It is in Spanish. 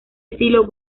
estilo